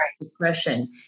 depression